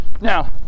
Now